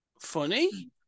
funny